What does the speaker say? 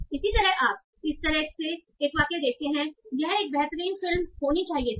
इसी तरह आप इस तरह से एक वाक्य देखते हैं यह एक बेहतरीन फिल्म होनी चाहिए थी